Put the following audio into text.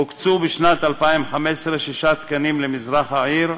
הוקצו בשנת 2015 שישה תקנים למזרח העיר,